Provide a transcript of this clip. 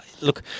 look